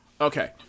Okay